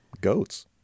goats